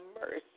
mercy